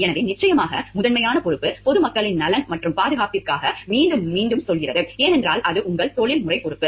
எனவே நிச்சயமாக முதன்மையான பொறுப்பு பொதுமக்களின் நலன் மற்றும் பாதுகாப்பிற்காக மீண்டும் மீண்டும் சொல்கிறோம் ஏனென்றால் அது உங்கள் தொழில்முறை பொறுப்பு